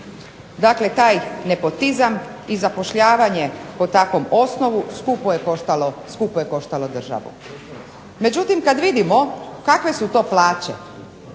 Dakle, taj nepotizam i zapošljavanje po takvom osnovu skupo je koštalo državu. Međutim, kad vidimo kakve su to plaće